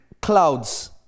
clouds